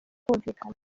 kumvikana